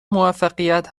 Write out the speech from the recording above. موفقیت